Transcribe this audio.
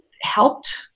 helped